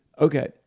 Okay